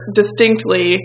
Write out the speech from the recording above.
distinctly